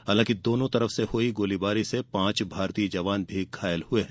हालांकि दोनों ओर से हुई गोलीबारी में पांच भारतीय जवान भी घायल हुए है